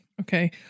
Okay